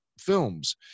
films